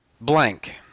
Blank